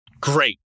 great